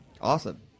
Awesome